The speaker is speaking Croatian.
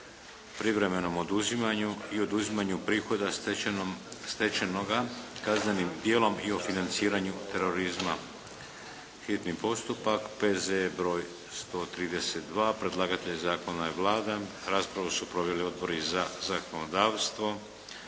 privremenom oduzimanju i oduzimanju prihoda stečenoga kaznenim djelom i o financiranju terorizma, hitni postupak, prvo i drugo čitanje, P.Z.E.br. 132 Predlagatelj zakona je Vlada. Raspravu su proveli Odbori za zakonodavstvo,